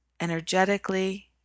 energetically